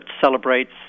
celebrates